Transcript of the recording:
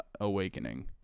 Awakening